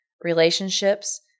relationships